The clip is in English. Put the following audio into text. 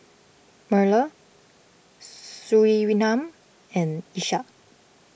Melur Surinam and Ishak